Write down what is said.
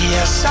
Yes